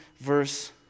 verse